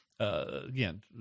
Again